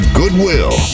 goodwill